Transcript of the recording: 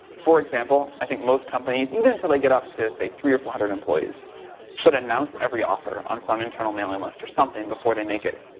for example, i think most companies, even until they get up to say three or four hundred employees should announce every offer on some internal mailing list or something before they make it,